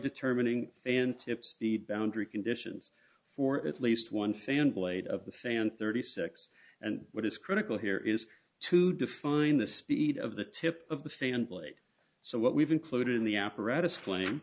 determining and tips the boundary conditions for at least one fan blade of the fan thirty six and what is critical here is to define the speed of the tip of the fan blade so what we've included in the apparatus flame